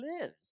lives